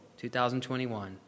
2021